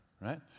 right